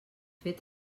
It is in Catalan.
fet